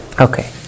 Okay